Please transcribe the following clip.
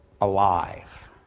alive